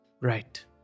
Right